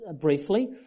briefly